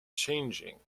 changing